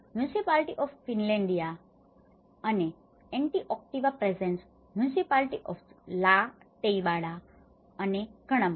municipality of Finlandia municipality of Finlandia ફિનલેન્ડિયાની નગરપાલિકા અને 'Antioquia present' municipality of La Tebaida municipality of La Tebaida લા ટેબાઇડાની નગરપાલિકા અને ઘણા બધા